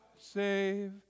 save